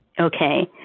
Okay